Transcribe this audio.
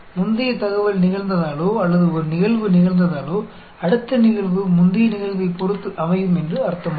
முந்தைய தகவல் நிகழ்ந்ததாலோ அல்லது ஒரு நிகழ்வு நிகழ்ந்ததாலோ அடுத்த நிகழ்வு முந்தைய நிகழ்வைப் பொறுத்து அமையும் என்று அர்த்தமல்ல